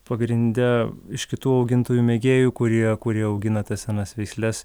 pagrinde iš kitų augintojų mėgėjų kurie kurie augina tas senas veisles